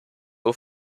nur